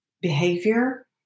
behavior